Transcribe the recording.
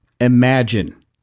imagine